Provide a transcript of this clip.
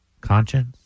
Conscience